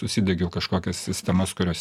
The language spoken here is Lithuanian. susidiegiau kažkokias sistemas kurios